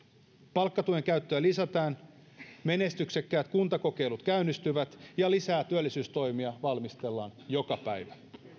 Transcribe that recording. palkkatuen käyttöä lisätään menestyksekkäät kuntakokeilut käynnistyvät ja lisää työllisyystoimia valmistellaan joka päivä